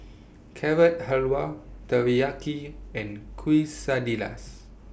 Carrot Halwa Teriyaki and Quesadillas